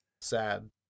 Sad